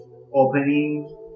opening